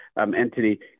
entity